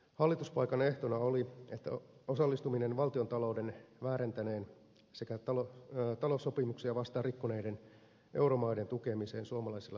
hallituspaikan ehtona oli osallistuminen valtiontaloutensa väärentäneiden sekä taloussopimuksia vastaan rikkoneiden euromaiden tukemiseen suomalaisilla verovaroilla